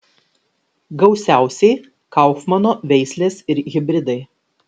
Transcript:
gausiausiai kaufmano veislės ir hibridai